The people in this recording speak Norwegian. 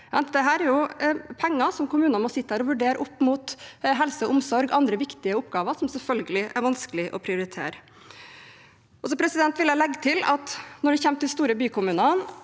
Dette er penger som kommunene må vurdere opp mot helse og omsorg og andre viktige oppgaver, og som det selvfølgelig er vanskelig å prioritere. Så vil jeg legge til at når det gjelder de store bykommunene,